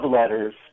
Letters